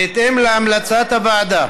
בהתאם להמלצת הוועדה